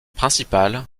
principal